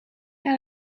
out